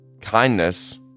Kindness